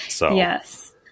Yes